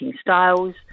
styles